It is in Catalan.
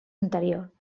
interior